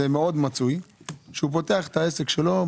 כשהוא פותח את העסק שלו,